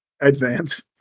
Advance